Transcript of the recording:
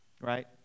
Right